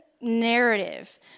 narrative